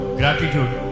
gratitude